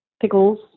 pickles